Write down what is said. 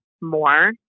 more